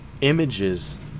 images